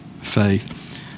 faith